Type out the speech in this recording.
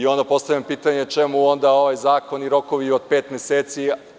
Onda postavljam pitanje – čemu onda ovaj zakon i rokovi od pet meseci?